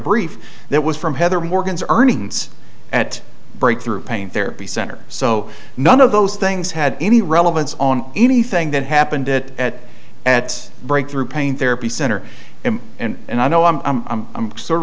brief that was from heather morgan's earnings at breakthrough pain therapy center so none of those things had any relevance on anything that happened that at breakthrough pain therapy center and and i know i'm